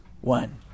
one